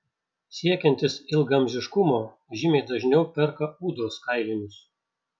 siekiantys ilgaamžiškumo žymiai dažniau perka ūdros kailinius